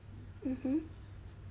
mmhmm